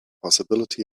possibility